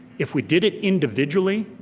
if we did it individually,